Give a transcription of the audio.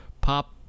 Pop